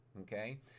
okay